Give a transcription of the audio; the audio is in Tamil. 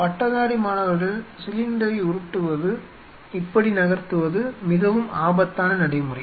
பட்டதாரி மாணவர்கள் சிலிண்டரை உருட்டுவது இப்படி நகர்த்துவது மிகவும் ஆபத்தான நடைமுறை